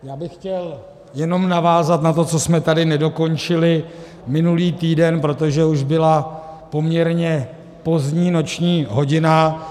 Já bych chtěl jenom navázat na to, co jsme tady nedokončili minulý týden, protože už byla poměrně pozdní noční hodina.